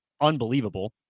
unbelievable